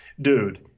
Dude